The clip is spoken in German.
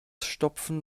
stopfen